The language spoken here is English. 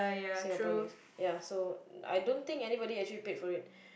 Singapore News ya so I don't think anybody actually paid for it